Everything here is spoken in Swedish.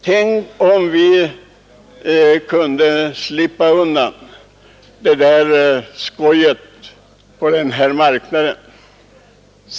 Tänk om vi kunde slippa skojet på den här marknaden.